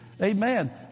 Amen